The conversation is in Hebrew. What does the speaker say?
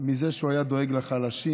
זה שהוא היה דואג לחלשים